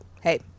hey